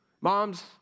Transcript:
Moms